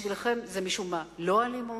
בשבילכם זה משום-מה לא אלימות,